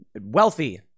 wealthy